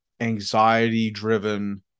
anxiety-driven